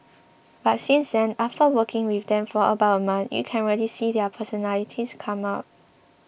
but since then after working with them for about a month you can really see their personalities come out